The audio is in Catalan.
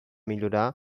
millorar